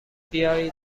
بیایید